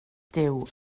duw